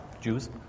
Jews